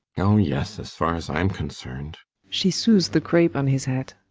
oh, yes as far as i'm concerned she sews the crape on his hat.